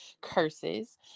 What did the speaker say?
curses